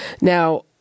Now